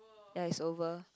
ya it's over